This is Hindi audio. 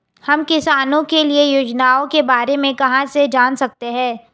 हम किसानों के लिए योजनाओं के बारे में कहाँ से जान सकते हैं?